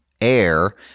air